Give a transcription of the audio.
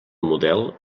model